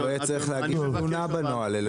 טוב, נכניס את זה לנוהל.